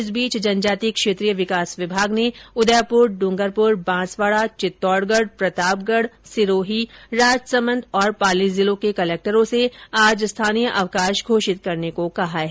इस बीच जनजाति क्षेत्रीय विकास विभाग ने उदयपुर ड्रूँगरपुर बाँसवाड़ा चितौड़गढ़ प्रतापगढ सिरोही राजसमंद और पाली जिलों के कलेक्टरों से आज स्थानीय अवकाश घोषित करने को कहा है